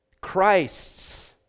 Christ's